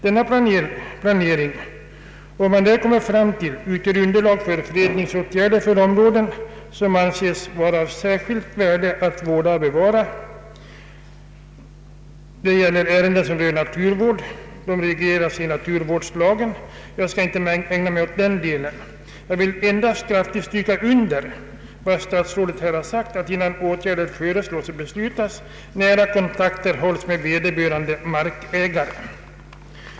Denna planering och vad man där kommer fram till skall utgöra underlag för fredningsåtgärder för områden, som anses vara av särskilt värde och därför bör vårdas och bevaras. Ärenden som rör naturvård regleras i naturvårdslagen, men jag skall inte ägna mig åt den delen. Jag vill endast kraftigt stryka under vad statsrådet här har sagt, att innan åtgärder föreslås och beslutas nära kontakter hålls med vederbörande markägare.